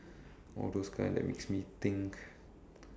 all those kind that makes me think